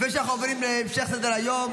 לפני שאנחנו עוברים להמשך סדר-היום,